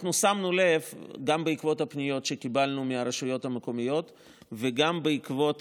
גם בעקבות הפניות שקיבלנו מהרשויות המקומיות וגם בעקבות